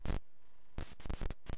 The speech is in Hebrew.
גם הפגישה שלו עם נתניהו, גם הנאום שלו